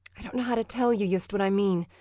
i don't know how to tell you yust what i mean.